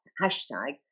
hashtag